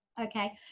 Okay